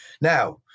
Now